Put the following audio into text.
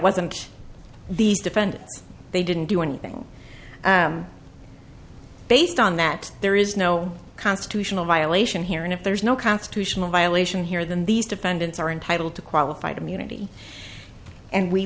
defendants they didn't do anything based on that there is no constitutional violation here and if there's no constitutional violation here than these defendants are entitled to qualified immunity and we